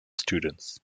students